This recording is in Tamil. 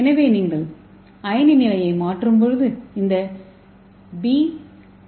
எனவே நீங்கள் அயனி நிலையை மாற்றும்போது இந்த பி டி